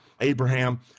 Abraham